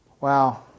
Wow